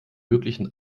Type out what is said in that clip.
möglichen